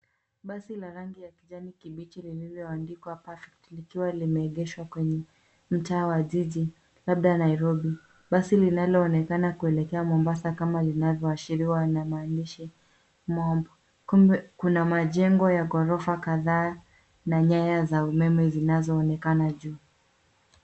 Basi la rangi ya kijani kibichi lililoandikwa, Perfect ,likiwa limeegeshwa kwenye mtaa wa jiji labda Nairobi. Basi linaloonekana kuelekea Mombasa kama linavyoashiriwa na maandishi, Momb. Kuna majengo ya ghorofa kadhaa na nyaya za umeme zinazoonekana juu.